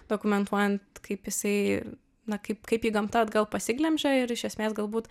dokumentuojant kaip jisai na kaip kaip jį gamta atgal pasiglemžia ir iš esmės galbūt